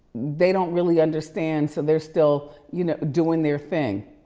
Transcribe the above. they don't really understand so they're still you know doing their thing.